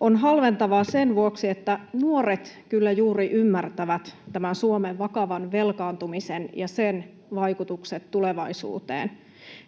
on halventavaa sen vuoksi, että juuri nuoret kyllä ymmärtävät tämän Suomen vakavan velkaantumisen ja sen vaikutukset tulevaisuuteen.